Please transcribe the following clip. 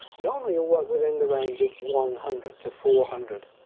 normally ah work within the range of one hundred to four hundred.